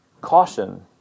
caution